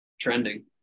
trending